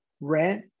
rent